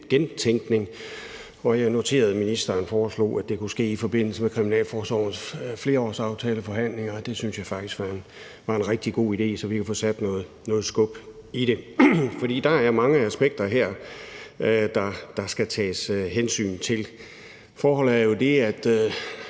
gentænkning. Jeg noterede mig, at ministeren foreslog, at det kunne ske i forbindelse med kriminalforsorgens flerårsaftaleforhandlinger, og det synes jeg faktisk var en rigtig god idé, så vi kan få sat noget skub i det. For der er mange aspekter her, der skal tages hensyn til. Forholdet er jo det, at